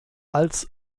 als